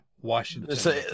Washington